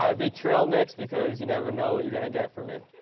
ah be trail mix because you never know what you're going to get from me.